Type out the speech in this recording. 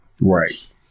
right